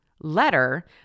letter